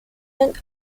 and